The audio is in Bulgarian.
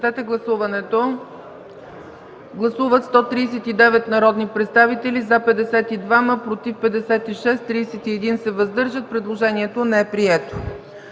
Гласували 139 народни представители: за 52, против 56, въздържали се 31. Предложението не е прието.